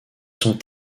son